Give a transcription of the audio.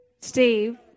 Steve